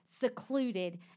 secluded